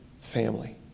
family